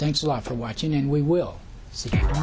thanks a lot for watching and we will